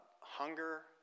hunger